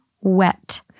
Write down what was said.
wet